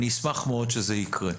אני אשמח מאוד שזה יקרה.